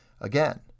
again